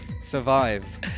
survive